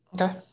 Okay